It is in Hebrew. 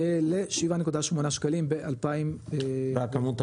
ל-7.8 ב-2023.